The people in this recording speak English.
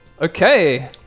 Okay